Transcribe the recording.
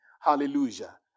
Hallelujah